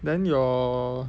then your